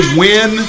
win